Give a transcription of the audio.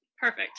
Perfect